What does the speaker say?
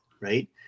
right